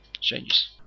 changes